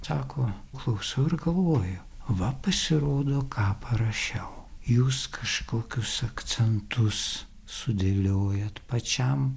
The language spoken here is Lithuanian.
sako klausau ir galvoju va pasirodo ką parašiau jūs kažkokius akcentus sudėliojat pačiam